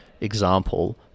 example